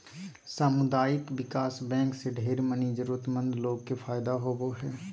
सामुदायिक विकास बैंक से ढेर मनी जरूरतमन्द लोग के फायदा होवो हय